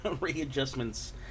readjustments